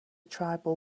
tribal